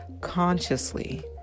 consciously